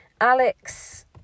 Alex